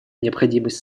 необходимость